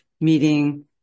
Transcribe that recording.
meeting